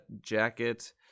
jacket